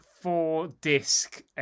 four-disc